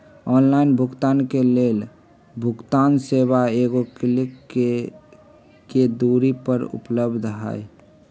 online भुगतान के लेल भुगतान सेवा एगो क्लिक के दूरी पर उपलब्ध हइ